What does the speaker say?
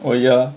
oh ya